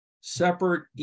separate